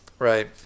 right